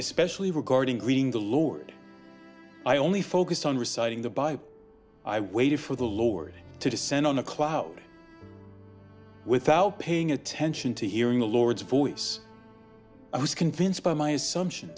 especially regarding reading the lord i only focused on reciting the by i waited for the lord to descend on a cloud without paying attention to hearing the lord's voice i was convinced by my assumption